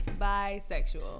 Bisexual